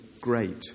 great